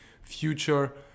future